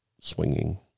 swinging